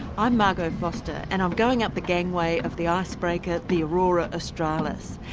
i'm margot foster and i'm going up the gangway of the icebreaker the aurora australis.